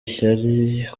ishyari